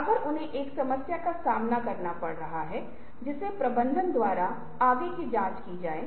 हमें उन्मेसे एक को लाना चाहिए जो सबसे हास्यास्पद है